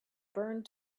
burned